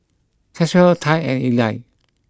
Caswell Tai and Eli